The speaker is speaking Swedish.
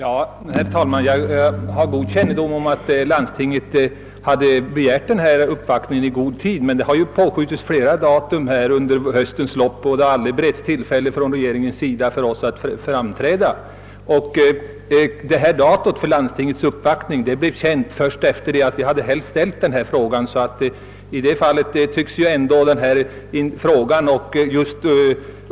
Herr talman! Jag har full kännedom oni att landstinget begärt denna uppvaktning i god tid, men den har uppskjutits flera gånger under höstens lopp, varför regeringen inte gett oss tillfälle att framträda tidigare. Datum för landstingets uppvaktning blev känt först efter det att jag hade framställt denna fråga.